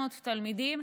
כ-800 תלמידים,